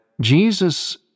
Jesus